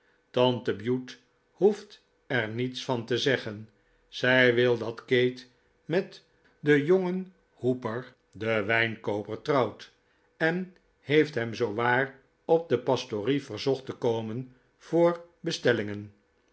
tante bute hoeft er niets van te zeggen zij wil dat kate met den jongen hooper den wijnkooper trouwt en heeft hem zoowaar op de pastorie verzocht te komen voor bestellingen